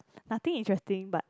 nothing interesting but